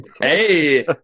Hey